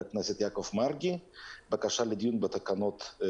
חה"כ יעקב מרגי: "בקשה לדיון בתקנות התקנים